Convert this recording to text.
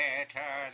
Better